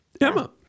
Emma